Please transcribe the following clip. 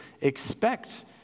expect